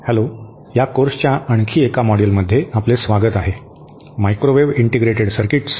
hello या कोर्सच्या आणखी एका मॉड्यूलमध्ये आपले स्वागत आहे मायक्रोवेव्ह इंटिग्रेटेड सर्किट्स